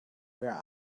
where